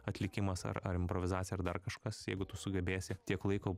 atlikimas ar ar improvizacija ar dar kažkas jeigu tu sugebėsi tiek laiko